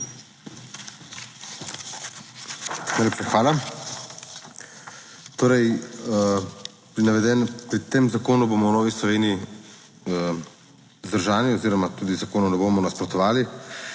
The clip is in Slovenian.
pri tem zakonu bomo v Novi Sloveniji vzdržani oziroma tudi zakonu ne bomo nasprotovali.